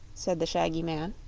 said the shaggy man.